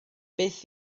beth